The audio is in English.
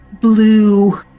blue